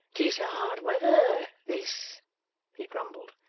tis hard weather this he grumbled,